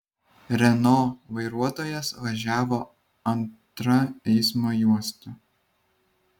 renault vairuotojas važiavo antrą eismo juosta